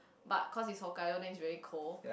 but cause is Hokkaido then it's very cold